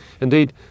Indeed